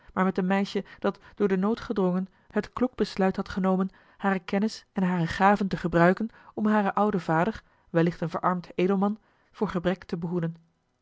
maar met een meisje dat door den nood gedrongen het kloek besluit had genomen hare kennis en hare gaven te gebruiken om haren ouden vader wellicht een verarmd edelman voor gebrek te behoeden